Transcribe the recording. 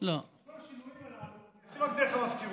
השינויים האלה עושים רק דרך המזכירות.